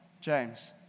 James